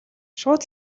шууд